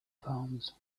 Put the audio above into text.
palms